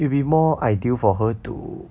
it'll be more ideal for her to